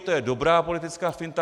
To je dobrá politická finta.